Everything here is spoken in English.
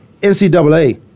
NCAA